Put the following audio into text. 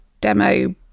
demo